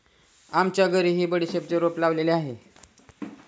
आमच्या घरीही बडीशेपचे रोप लावलेले आहे